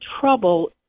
trouble